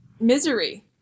misery